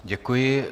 Děkuji.